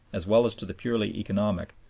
as well as to the purely economic,